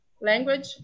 language